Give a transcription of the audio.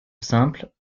simple